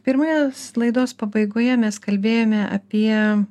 pirmos laidos pabaigoje mes kalbėjome apie